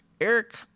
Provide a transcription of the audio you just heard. Eric